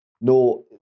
No